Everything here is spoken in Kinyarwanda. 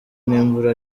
n’imvura